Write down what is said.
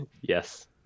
Yes